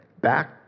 back